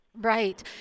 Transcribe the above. Right